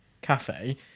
cafe